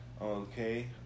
Okay